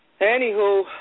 Anywho